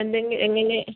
എന്ത് എങ്ങ